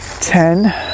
Ten